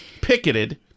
picketed